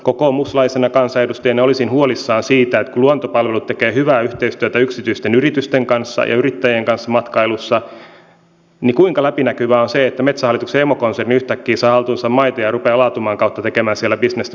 kokoomuslaisena kansanedustajana olisin huolissani siitä että kun luontopalvelut tekee hyvää yhteistyötä yksityisten yritysten kanssa ja yrittäjien kanssa matkailussa niin kuinka läpinäkyvää on se että metsähallituksen emokonserni yhtäkkiä saa haltuunsa maita ja rupeaa laatumaan kautta tekemään siellä bisnestä veronmaksajien rahoilla